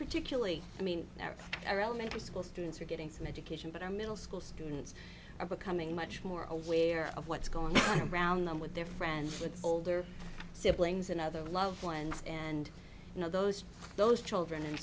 particularly i mean there are elementary school students are getting some education but are middle school students are becoming much more aware of what's going on around them with their friends with older siblings and other loved ones and you know those those children and